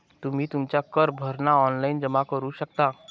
तुम्ही तुमचा कर भरणा ऑनलाइन जमा करू शकता